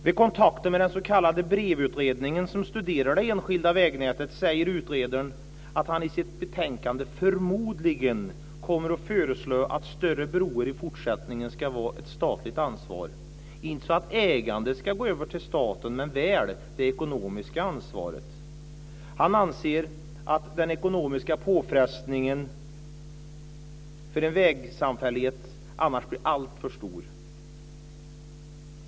Vid kontakter med den utredning som studerade enskilda vägnätet säger utredaren att han i sitt betänkande förmodligen kommer att föreslå att större broar i fortsättningen ska vara ett statligt ansvar, inte så att ägande ska gå över till staten men väl det ekonomiska ansvaret. Han anser att den ekonomiska påfrestningen för en vägsamfällighet annars blir alltför stor.